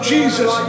Jesus